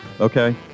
Okay